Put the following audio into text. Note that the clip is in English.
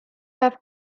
have